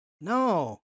No